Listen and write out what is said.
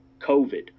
COVID